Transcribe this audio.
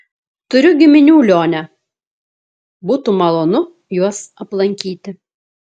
turiu giminių lione būtų malonu juos aplankyti